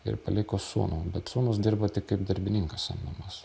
ir paliko sūnų bet sūnūs dirbo tik kaip darbininkas samdomas